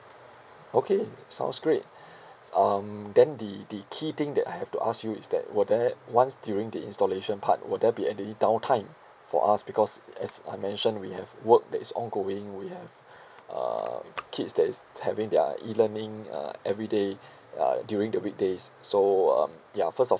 okay sounds great um then the the key thing that I have to ask you is that will there once during the installation part will there be any down time for us because as I mention we have work that is ongoing we have uh kids that is having their e learning uh everyday uh during the weekdays so um ya first of